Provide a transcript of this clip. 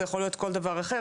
זה יכול להיות כל דבר אחר,